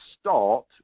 start